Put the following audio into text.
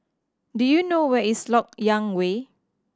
do you know where is Lok Yang Way